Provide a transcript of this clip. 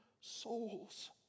souls